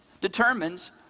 determines